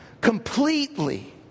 completely